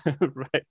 right